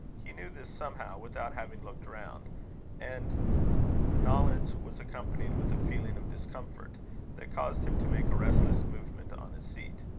he knew this, somehow, without having looked round and the knowledge was accompanied with a feeling of discomfort that caused him to make a restless movement on his seat.